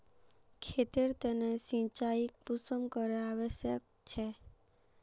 खेतेर तने सिंचाई कुंसम करे आवश्यक छै?